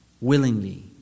willingly